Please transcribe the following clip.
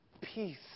peace